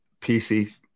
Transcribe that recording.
PC